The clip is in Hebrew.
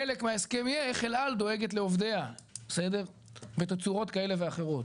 חלק מההסכם יהיה איך אל על דואגת לעובדיה בתצורות כאלה ואחרות.